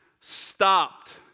stopped